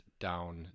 down